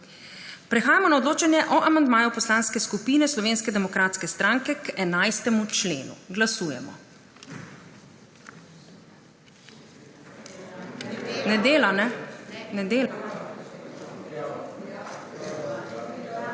Prehajamo na odločanje o amandmaju Poslanske skupine Slovenske demokratske stranke k 11. členu. Glasujemo. / oglašanje